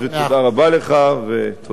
תודה רבה לך, ותודה.